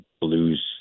blues